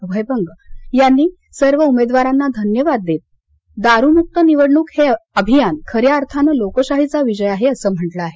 अभय बंग यांनी सर्व उमेदवारांना धन्यवाद देत दारूमुक्त निवडणूक हे अभियान खऱ्या अर्थाने लोकशाहीचा विजय आहे असं म्हटलं आहे